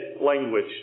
language